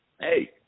hey –